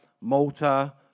Malta